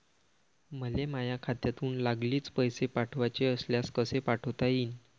मले माह्या खात्यातून लागलीच पैसे पाठवाचे असल्यास कसे पाठोता यीन?